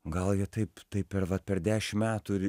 gal jie taip taip ir va per dešimt metų